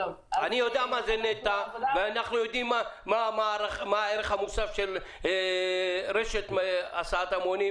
אני יודע מה זה נת"ע ומה הערך המוסף של רשת הסעת המונים.